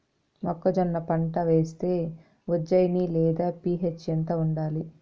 మొక్కజొన్న పంట వేస్తే ఉజ్జయని లేదా పి.హెచ్ ఎంత ఉండాలి?